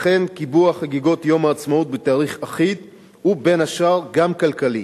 לכן קיבוע חגיגות יום העצמאות בתאריך אחיד הוא בין השאר גם כלכלי,